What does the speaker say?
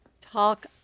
talk